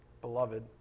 beloved